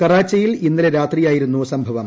കറാച്ചിയിൽ ഇന്നലെ രാത്രിയായിരുന്നു സംഭവം